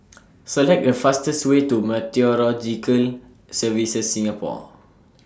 Select The fastest Way to Meteorological Services Singapore